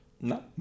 No